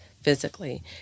physically